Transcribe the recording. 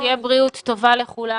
בריאות טובה לכולם.